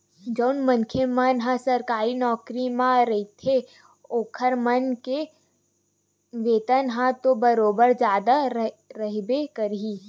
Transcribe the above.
जउन मनखे मन ह सरकारी नौकरी म रहिथे ओखर मन के वेतन ह तो बरोबर जादा रहिबे करही